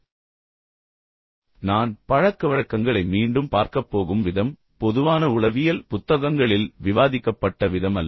சரி பின்னர் நான் பழக்கவழக்கங்களை மீண்டும் பார்க்கப் போகும் விதம் பொதுவான உளவியல் புத்தகங்களில் விவாதிக்கப்பட்ட விதம் அல்ல